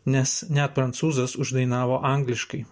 nes net prancūzas uždainavo angliškai